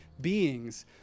beings